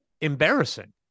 embarrassing